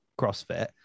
crossfit